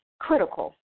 critical